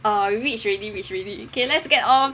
err reach already reach already okay let's get off